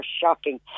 shocking